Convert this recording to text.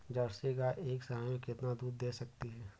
Jersey गाय एक समय में कितना दूध दे सकती है?